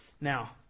Now